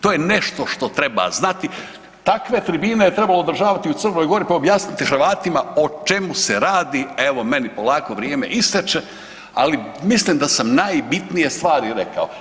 To je nešto što treba znati, takve tribine je trebalo održavati u C. Gori pa objasniti Hrvatima o čemu se radi, evo meni polako vrijeme isteče, ali mislim da sam najbitnije stvari rekao.